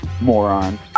Moron